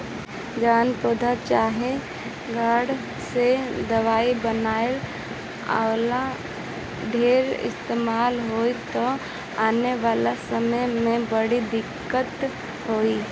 जवना पौधा चाहे गाछ से दवाई बनेला, ओकर ढेर इस्तेमाल होई त आवे वाला समय में बड़ा दिक्कत होई